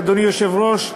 אדוני היושב-ראש,